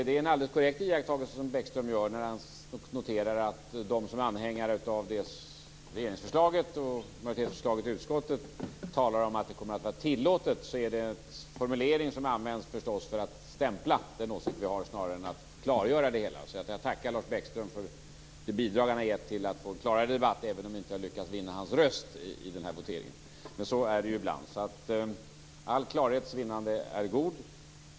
Det är en alldeles korrekt iakttagelse som Bäckström gör när han noterar att när de som är anhängare av regeringsförslaget och majoritetsförslaget i utskottet talar om att det kommer att vara tillåtet är det en formulering som används för att stämpla den åsikt vi har snarare än att klargöra det hela. Jag tackar Lars Bäckström för det bidrag han har gett till att få en klarare debatt, även om jag inte har lyckats vinna hans röst i den här voteringen. Men så är det ibland. All klarhets vinnande är god.